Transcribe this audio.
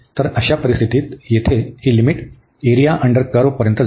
तर अशा परिस्थितीत येथे ही लिमिट एरिया अंडर कर्व्हपर्यंत जाईल